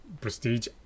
prestige